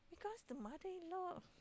cause the mother in law